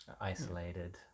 Isolated